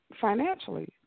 financially